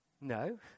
No